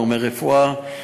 גורמי רפואה,